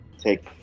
Take